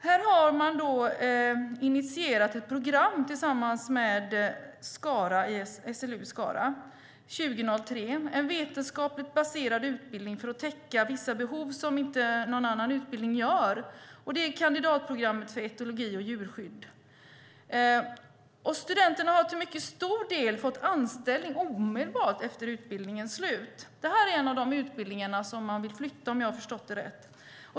Man har initierat ett program tillsammans med SLU i Skara 2003, en vetenskapsbaserad utbildning för att täcka vissa behov som inte täcks av någon annan utbildning. Det är kandidatprogrammet för etologi och djurskydd. Studenterna har till mycket stor del fått anställning omedelbart efter utbildningens slut. Det här är en av de utbildningar som man vill flytta, om jag har förstått det rätt.